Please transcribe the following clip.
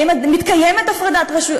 האם מתקיימת הפרדת רשויות?